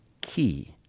key